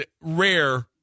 rare